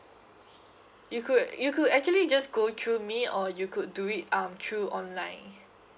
you could you could actually just go through me or you could do it um through online